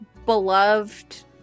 beloved